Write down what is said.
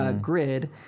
grid